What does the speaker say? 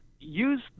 use